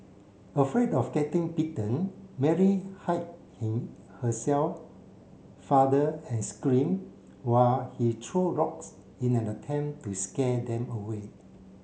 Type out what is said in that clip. afraid of getting bitten Mary hide him herself father and screamed while he threw rocks in an attempt to scare them away